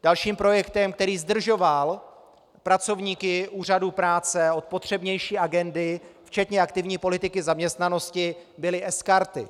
Dalším projektem, který zdržoval pracovníky úřadů práce od potřebnější agendy, včetně aktivní politiky zaměstnanosti, byly sKarty.